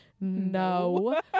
no